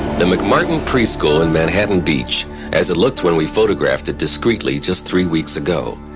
the mcmartin preschool in manhattan beach as it looked when we photographed it discreetly just three weeks ago.